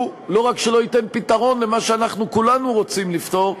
לא רק שלא ייתן פתרון למה שאנחנו כולנו רוצים לפתור,